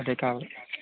అదే కావాలి